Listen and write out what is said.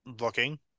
looking